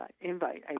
invite